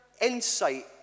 insight